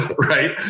right